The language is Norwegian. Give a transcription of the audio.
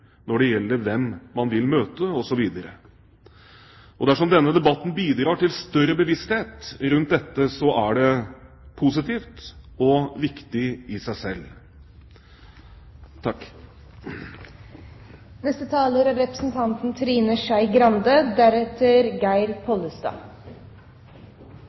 når det gjelder hvem man vil møte, osv. Dersom denne debatten bidrar til større bevissthet rundt dette, er det positivt og viktig i seg selv. Det forslaget som behandles i dag, fra Venstre, er